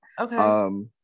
Okay